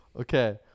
Okay